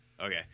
Okay